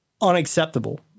unacceptable